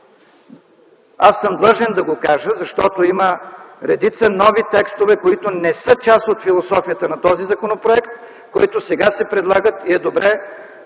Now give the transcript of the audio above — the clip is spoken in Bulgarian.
Аз съм длъжен да го кажа, защото има редица нови текстове, които не са част от философията на този законопроект, които сега се предлагат и, от